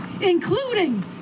including